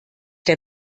der